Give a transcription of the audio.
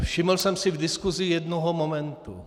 Všiml jsem si v diskusi jednoho momentu.